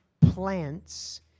plants